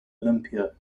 olympia